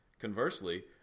Conversely